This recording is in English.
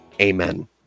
Amen